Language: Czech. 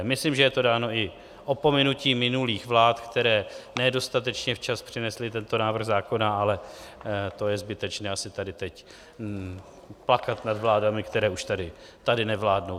Myslím, že je to dáno i opominutím minulých vlád, které ne dostatečně včas přinesly tento návrh zákona, ale to je asi zbytečné tady teď plakat nad vládami, které už tady nevládnou.